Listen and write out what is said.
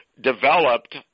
developed